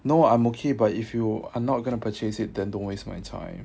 no I'm okay but if you are not going to purchase it then don't waste my time